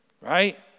right